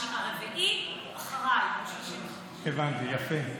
הרביעי הוא אחריי, הוא 35. הבנתי, יפה.